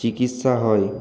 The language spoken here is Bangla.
চিকিৎসা হয়